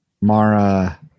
Mara